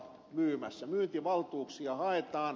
myyntivaltuuksia haetaan